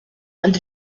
and